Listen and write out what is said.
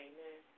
Amen